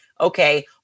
okay